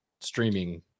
streaming